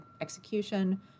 execution